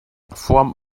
from